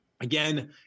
Again